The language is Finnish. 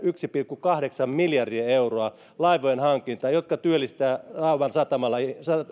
yksi pilkku kahdeksan miljardia euroa laivojen hankintaan jotka työllistävät